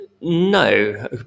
No